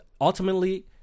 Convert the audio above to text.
Ultimately